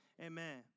Amen